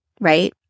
right